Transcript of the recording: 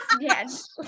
Yes